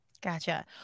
Gotcha